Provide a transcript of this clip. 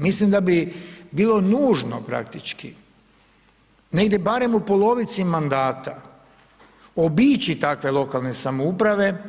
Mislim da bi bilo nužno praktički, negdje barem u polovici mandata obići takve lokalne samouprave,